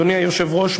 אדוני היושב-ראש,